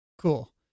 Cool